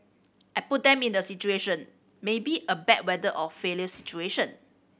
I put them in a situation maybe a bad weather or failure situation